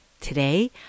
Today